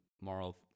moral